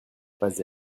pas